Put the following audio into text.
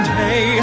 day